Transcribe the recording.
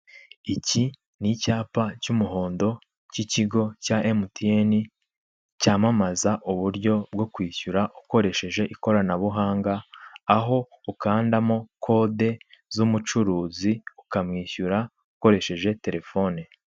Iki ni icyapa cy'umuhondo k'ikigo cya emutiyeni cyamamaza uburyo bwo kwishyura ukoresheje ikoranabuhanga aho ukandamo kode z'umucuruzi ukamwishyura ukoresheje telefone.